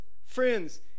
friends